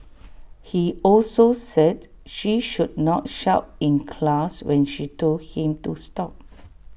he also said she should not shout in class when she told him to stop